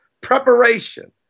preparation